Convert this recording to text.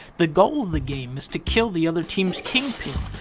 the goal of the game is to kill the other team's kingpin.